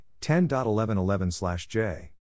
10.1111-J